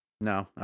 No